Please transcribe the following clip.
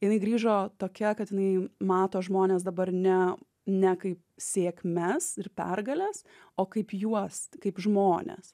jinai grįžo tokia kad jinai mato žmonės dabar ne ne kaip sėkmes ir pergales o kaip juos kaip žmones